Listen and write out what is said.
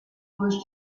was